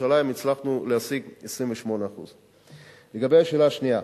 בירושלים הצלחנו להשיג 28%. לגבי השאלה השנייה,